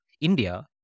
India